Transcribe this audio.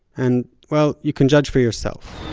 and well, you can judge for yourself.